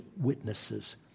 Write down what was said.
witnesses